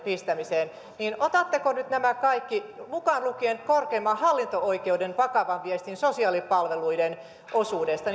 pistämiseen markkinoille niin otatteko nyt nämä kaikki mukaan lukien korkeimman hallinto oikeuden vakavan viestin sosiaalipalveluiden osuudesta